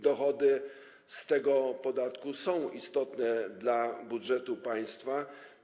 Dochody z tego podatku są istotne dla budżetu państwa.